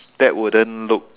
that wouldn't look